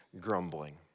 grumbling